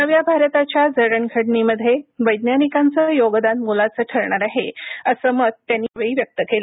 नव्या भारताच्या जडण घडणीमध्ये वैज्ञानिकांचं योगदान मोलाचं ठरणार आहे असं मत त्यांनी यावेळी व्यक्त केलं